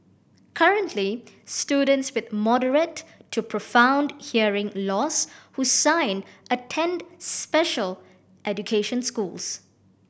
currently students with moderate to profound hearing loss who sign attend special education schools